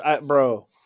Bro